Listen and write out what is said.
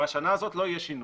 בשנה הזאת לא יהיה שינוי.